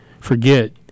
forget